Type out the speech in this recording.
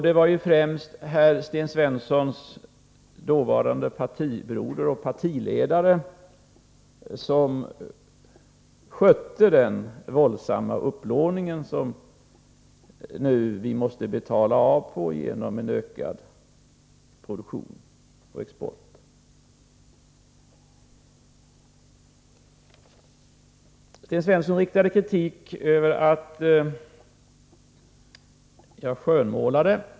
Det var främst Sten Svenssons partibroder och dåvarande partiledare som skötte den våldsamma upplåning som vi nu måste betala av på genom en ökad produktion på export. Sten Svensson kritiserade mig för att ha skönmålat.